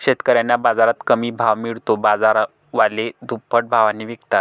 शेतकऱ्यांना बाजारात कमी भाव मिळतो, बाजारवाले दुप्पट भावाने विकतात